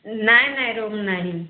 ନାହିଁ ନାହିଁ ରୁମ୍ ନାହିଁ